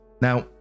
now